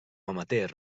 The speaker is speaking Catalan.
amateur